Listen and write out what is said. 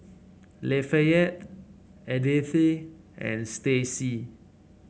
Lafayette Edythe and Stacie